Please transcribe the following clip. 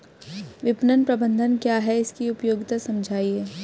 विपणन प्रबंधन क्या है इसकी उपयोगिता समझाइए?